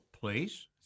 place